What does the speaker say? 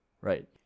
right